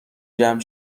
جمع